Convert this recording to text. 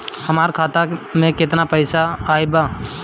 हमार खाता मे केतना पईसा आइल बा?